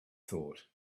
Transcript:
thought